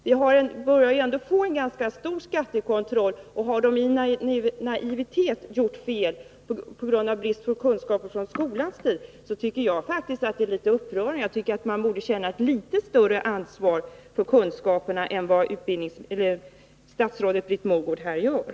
Vi börjar nu få en ganska omfattande skattekontroll, och om någon i naivitet eller i brist på kunskaper från skolan gör fel, tycker jag faktiskt att det är upprörande. Jag tycker att skolan borde känna litet större ansvar för Nr 81 kunskaperna än vad statsrådet Britt Mogård tycks göra.